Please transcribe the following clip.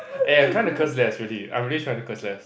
eh I'm tryna curse less really I'm really tryna curse less